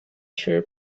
sheer